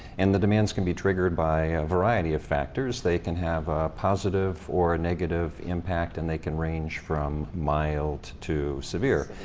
and the demands can be triggered by a variety of factors. they can have a positive or a negative impact, and they can range from mild to severe.